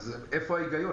אז איפה ההיגיון?